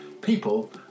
people